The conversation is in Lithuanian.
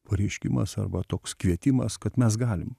pareiškimas arba toks kvietimas kad mes galim